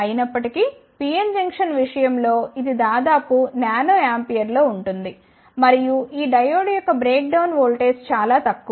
అయినప్పటి కీ PN junction విషయం లో ఇది దాదాపు నానో ఆంపియర్ లో ఉంటుంది మరియు ఈ డయోడ్ యొక్క బ్రేక్ డౌన్ వోల్టేజ్ చాలా తక్కువ